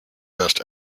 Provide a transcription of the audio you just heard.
best